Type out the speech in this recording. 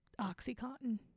Oxycontin